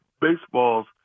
baseballs